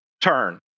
turn